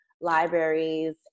libraries